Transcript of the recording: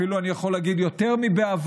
אפילו אני יכול להגיד יותר מבעבר,